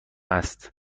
است